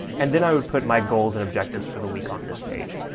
and then i would put my goals and objectives for the week on this page.